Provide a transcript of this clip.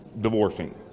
divorcing